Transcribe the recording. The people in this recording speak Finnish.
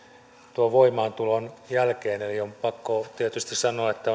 tuon voimaantulon jälkeen on pakko tietysti sanoa että